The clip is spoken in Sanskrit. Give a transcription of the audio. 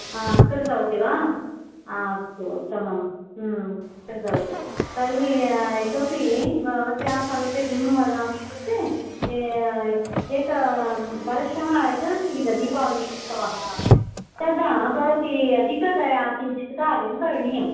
आं कृतवती वा अस्तु उत्तमं कृतवती तर्हि इतोपि भवत्याः समीपे किं वदामि इत्युक्ते एक परश्वः एतदस्ति खिल दीपावळि उत्सवः तदा बवती अदिकतया किञ्चित् कार्यं करणीयम्